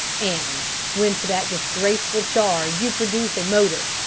and when to that disgraceful charge you produce a motive,